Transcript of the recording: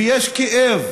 ויש כאב